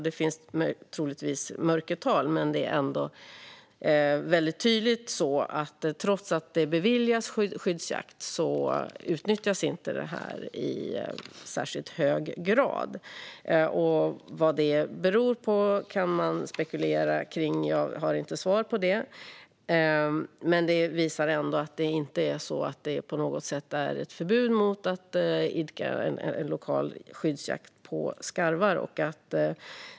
Det finns troligtvis ett mörkertal, men det är tydligt att de tillstånd till skyddsjakt som beviljas ändå inte utnyttjas i särskilt hög grad. Vad detta beror på kan man spekulera kring; jag har inte svar på det. Men det finns alltså inte på något sätt något förbud mot att idka lokal skyddsjakt på skarv.